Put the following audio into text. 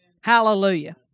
Hallelujah